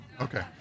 Okay